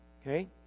Okay